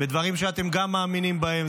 בדברים שגם אתם מאמינים בהם,